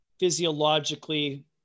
Physiologically